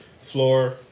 floor